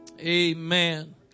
amen